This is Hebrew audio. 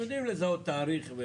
לא,